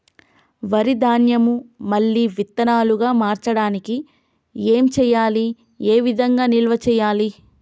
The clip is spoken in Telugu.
వరి ధాన్యము మళ్ళీ విత్తనాలు గా మార్చడానికి ఏం చేయాలి ఏ విధంగా నిల్వ చేయాలి?